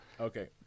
Okay